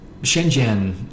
shenzhen